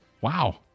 Wow